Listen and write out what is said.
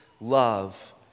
love